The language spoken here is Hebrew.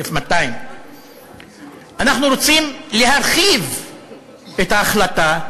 1,200. אנחנו רוצים להרחיב את ההחלטה,